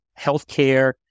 healthcare